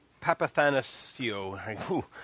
Papathanasio